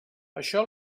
això